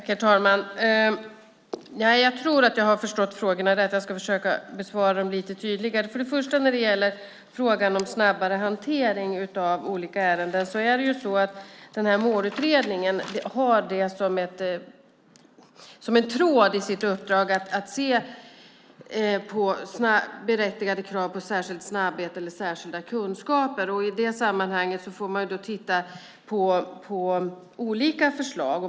Herr talman! Jag tror att jag har förstått frågorna. Jag ska försöka besvara dem lite tydligare. När det först och främst gäller frågan om snabbare hantering av olika ärenden är det ju så att den här målutredningen har det som en tråd i sitt uppdrag att se på berättigade krav på särskild snabbhet eller särskilda kunskaper. I det sammanhanget får man titta på olika förslag.